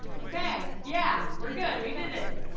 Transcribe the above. okay, yeah, we're good, we did it!